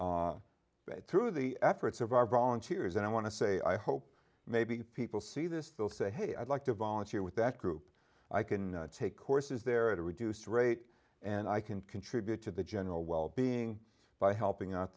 that through the efforts of our volunteers and i want to say i hope maybe people see this they'll say hey i'd like to volunteer with that group i can take courses there at a reduced rate and i can contribute to the general wellbeing by helping out